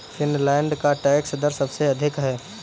Finland का tax दर सबसे अधिक है